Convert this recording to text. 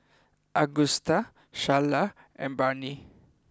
Agusta Sharla and Barnie